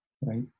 right